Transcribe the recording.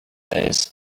days